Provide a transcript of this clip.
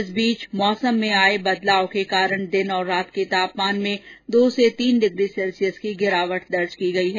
इस बीच में मौसम में आये बदलाव के कारण दिन और रात के तापमान में दो से तीन डिग्री सैल्सियस की गिरावट दर्ज की गयी है